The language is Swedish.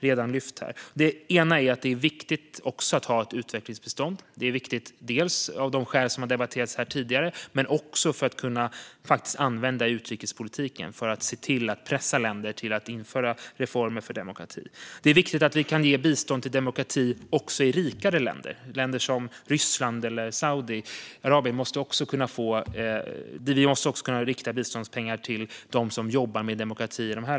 Det är viktigt att ha ett utvecklingsbistånd, dels av de skäl som redan debatterats, dels för att kunna använda utrikespolitiken till att pressa länder att införa reformer för demokrati. Det är viktigt att vi kan ge även rika länder bistånd till demokrati. Också i länder som Ryssland och Saudiarabien måste vi kunna rikta biståndspengar till dem som jobbar för demokrati.